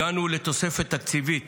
הגענו לתוספת תקציבית